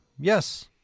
yes